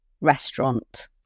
Restaurant